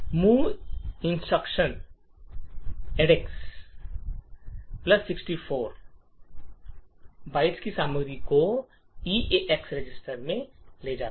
move instruction EDX register 64 move instruction edx register64 byte की सामग्री को ईरेक्स रजिस्टर में ले जाता है